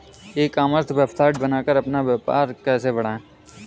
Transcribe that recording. ई commerce website बनाकर अपना व्यापार कैसे बढ़ाएँ?